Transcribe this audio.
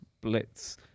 blitz